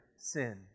sin